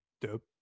Dope